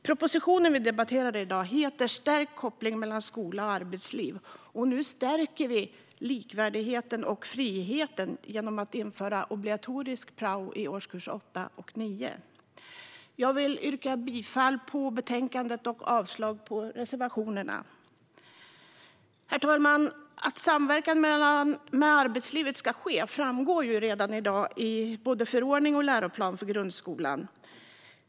Propositionen vi debatterar i dag heter Stärkt koppling mellan skola och arbetsliv , och nu stärker vi likvärdigheten och friheten genom att införa obligatorisk prao i årskurserna 8 och 9. Jag vill yrka bifall till förslaget i utskottets betänkande och avslag på reservationerna. Herr talman! Att samverkan med arbetslivet ska ske framgår redan i dag både i förordningen och i läroplanen för grundskolan.